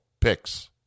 picks